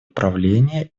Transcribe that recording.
правления